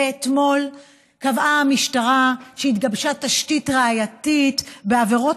ואתמול קבעה המשטרה שהתגבשה תשתית ראייתית בעבירות